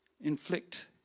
inflict